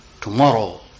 tomorrow